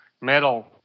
metal